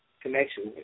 connection